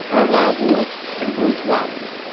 earlonne woods and bruce wallace.